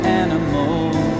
animals